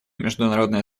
международное